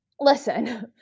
listen